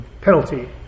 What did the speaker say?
Penalty